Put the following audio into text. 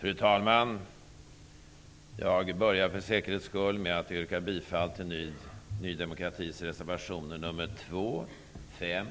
Fru talman! Jag börjar för säkerhets skull med att yrka bifall till Ny demokratis reservationer nr 2, 5,